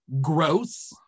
gross